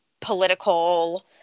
political